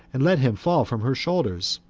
and let him fall from her shoulders,